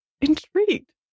intrigued